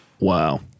Wow